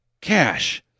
Cash